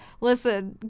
Listen